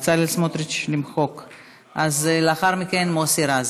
אז לאחר מכן, חבר הכנסת מוסי רז.